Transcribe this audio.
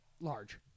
large